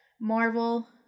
Marvel